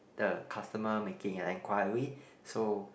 the customer making and enquiry so